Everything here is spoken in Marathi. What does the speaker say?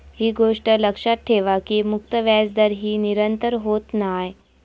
ही गोष्ट लक्षात ठेवा की मुक्त व्याजदर ही निरंतर होत नाय